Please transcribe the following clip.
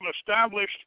established